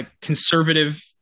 conservative